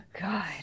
God